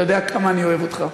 אתה יודע כמה אני אוהב אותך,